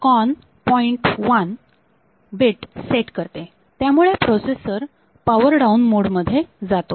1 bit set करते आणि त्यामुळे प्रोसेसर पॉवर डाऊन मोड मध्ये जातो